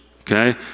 okay